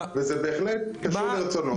וזה בהחלט כרצונו.